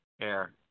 air